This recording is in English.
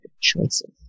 choices